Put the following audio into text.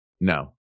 No